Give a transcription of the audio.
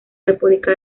república